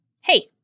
Hey